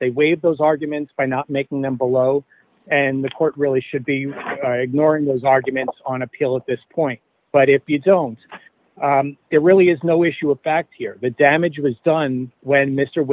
they waive those arguments by not making them below and the court really should be ignoring those arguments on appeal at this point but if you don't there really is no issue of fact here the damage was done when mr